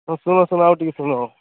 ହଁ ଶୁଣ ଶୁଣ ଆଉ ଟିକେ ଶୁଣ